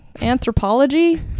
anthropology